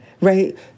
right